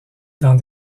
dans